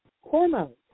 hormones